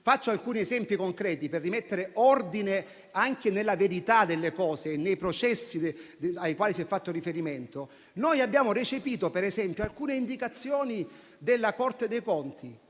faccio alcuni esempi concreti per rimettere ordine anche nella verità delle cose, nei processi ai quali si è fatto riferimento - abbiamo recepito alcune indicazioni della Corte dei conti